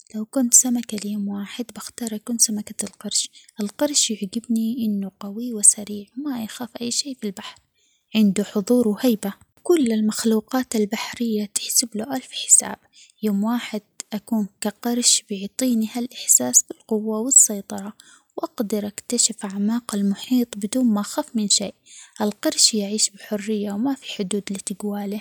لو كنت سمكة ليوم واحد بختار أكون سمكة القرش، القرش يجبني إنو قوي وسريع ما يخاف أي شي في البحر عنده حضور وهيبة كل المخلوقات البحرية تحسبله ألف حساب يوم واحد أكون كقرش بيعطيني هالإحساس بالقوة والسيطرة وأقدر أكتشف أعماق المحيط بدون ما أخاف من شيء، القرش يعيش بحرية وما في حدود لتقوى عليه.